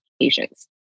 patients